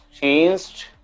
changed